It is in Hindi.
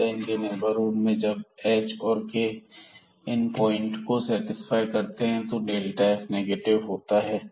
अतः इनके नेबरहुड में जब h और k इन पॉइंट ्स को सेटिस्फाई करते हैं तो f नेगेटिव होता है